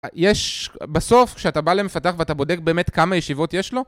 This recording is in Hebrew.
יש בסוף כשאתה בא למפתח ואתה בודק באמת כמה ישיבות יש לו